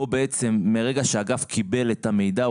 כאן מרגע שהאגף קיבל את המידע,